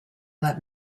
let